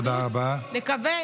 תודה רבה, אנחנו,